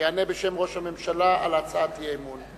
שיענה בשם ראש הממשלה על הצעת האי-אמון.